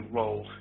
role